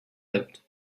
lived